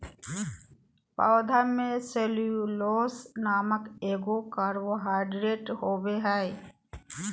पौधा में सेल्यूलोस नामक एगो कार्बोहाइड्रेट होबो हइ